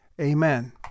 amen